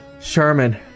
Sherman